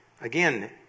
Again